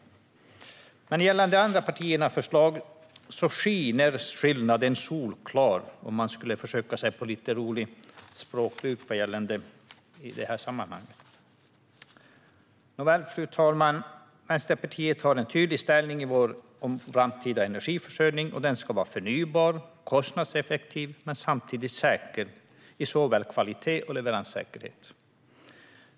Men gällande de andra partiernas förslag så skiner skillnaden solklar, för att försöka sig på lite roligt språkbruk i sammanhanget. Nåväl, fru talman. Vi i Vänsterpartiet har en tydlig ställning i vår syn på vår framtida energiförsörjning: Den ska vara förnybar och kostnadseffektiv men samtidigt säker i såväl kvalitet som leveranssäkerhet.